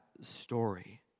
story